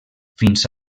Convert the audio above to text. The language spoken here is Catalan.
fins